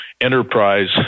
enterprise